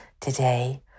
today